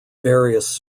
various